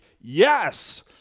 yes